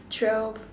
twelve